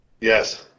Yes